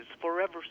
forever